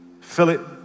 Philip